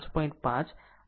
5 છે